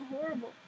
Horrible